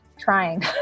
trying